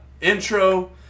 intro